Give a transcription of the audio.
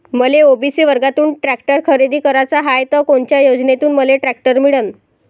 मले ओ.बी.सी वर्गातून टॅक्टर खरेदी कराचा हाये त कोनच्या योजनेतून मले टॅक्टर मिळन?